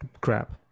crap